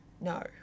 No